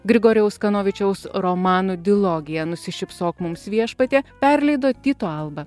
grigorijaus kanovičiaus romanų dilogija nusišypsok mums viešpatie perleido tyto alba